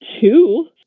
two